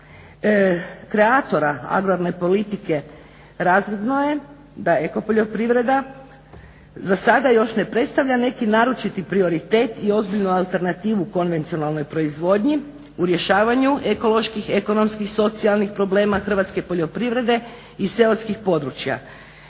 kreatora agrarne politike razvidno je da eko poljoprivreda za sada još ne predstavlja neki naročiti prioritet i ozbiljnu alternativu konvencionalnoj proizvodnji u rješavanju ekoloških, ekonomskih, socijalnih problema hrvatske poljoprivrede i seoskih područja.